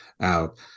out